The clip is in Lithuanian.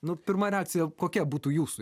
nu pirma reakcija kokia būtų jūsų